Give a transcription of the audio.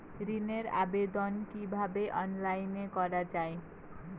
ঋনের আবেদন কিভাবে অনলাইনে করা যায়?